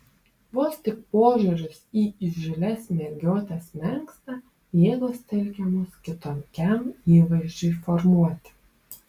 vos tik požiūris į įžūlias mergiotes menksta jėgos telkiamos kitokiam įvaizdžiui formuoti